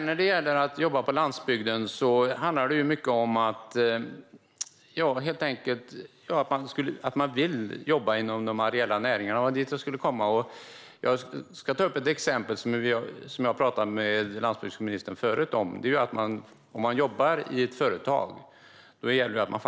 När det gäller att jobba på landsbygden handlar det ju mycket om att man vill jobba inom de areella näringarna. Jag ska ta upp ett exempel som jag har talat med landsbygdsministern om förut. Om man jobbar i ett företag vill man